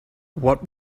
what